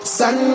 sun